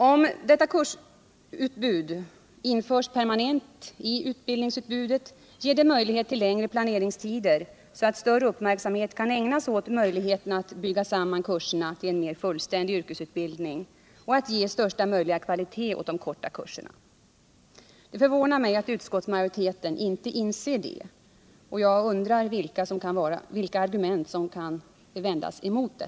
Om detta kursutbud införs permanent i utbildningsutbudet, ger det möjlighet till längre planeringstider, så att större uppmärksamhet kan ägnas åt möjligheten att bygga samman kurserna till en mer fullständig yrkesutbildning och att ge största möjliga kvalitet åt de korta kurserna. Det förvånar mig att utskottsmajoriteten inte inser detta, och jag undrar vilka argument som kan användas häremot.